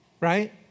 right